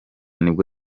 nibwo